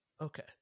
Okay